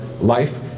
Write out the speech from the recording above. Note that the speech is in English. life